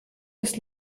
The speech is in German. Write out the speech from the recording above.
das